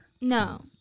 No